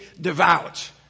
devout